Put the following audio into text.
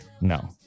No